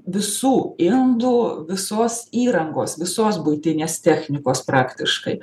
visų indų visos įrangos visos buitinės technikos praktiškai